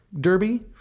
Derby